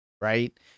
right